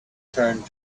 turned